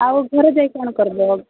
ଆଉ ଘରେ ଯାଇ କ'ଣ କରିବ